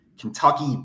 Kentucky